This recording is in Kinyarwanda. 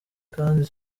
kandi